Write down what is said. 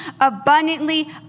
abundantly